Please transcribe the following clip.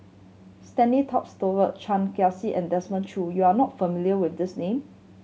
Stanley Toft Stewart Chan and Desmond Choo you are not familiar with these name